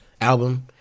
album